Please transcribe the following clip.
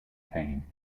thames